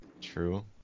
True